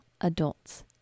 adults